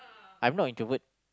I am not introvert